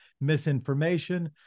misinformation